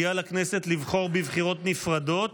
יהיה על הכנסת לבחור בבחירות נפרדות